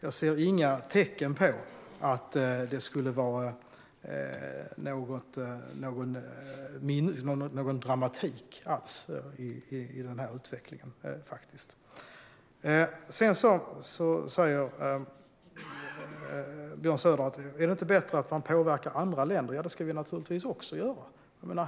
Jag ser inga tecken alls på att det skulle vara någon dramatik i den utvecklingen. Sedan frågade Björn Söder om det inte vore bättre att påverka andra länder. Det ska vi naturligtvis också göra.